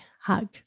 hug